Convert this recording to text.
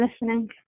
listening